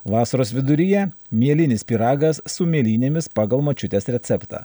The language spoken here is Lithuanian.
vasaros viduryje mielinis pyragas su mėlynėmis pagal močiutės receptą